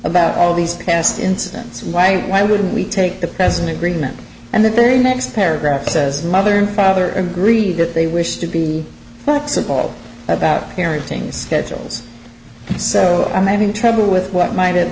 about all these past incidents why why wouldn't we take the present agreement and the very next paragraph says mother and father and agree that they wish to be flexible about parenting schedules so i'm having trouble with what might it